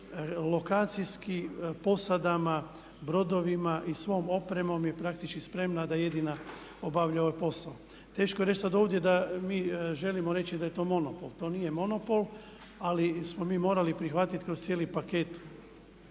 lokacijski posadama, brodovima i svom opremom je praktički spremna da jedina obavlja ovaj posao. Teško je reći sada ovdje da mi želimo reći da je to monopol, to nije monopol ali smo mi morali prihvatiti kroz cijeli paket